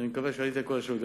אני מקווה שעניתי על כל השאלות.